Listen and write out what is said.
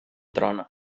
trona